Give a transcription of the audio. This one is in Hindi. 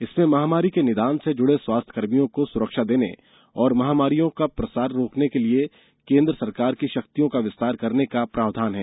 इसमें महामारी के निदान से जुड़े स्वास्थ्यकर्मियों को सुरक्षा देने और महामारियों का प्रसार रोकने के लिए केंद्र सरकार की शक्तियों का विस्तार करने के प्रावधान है